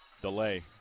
Delay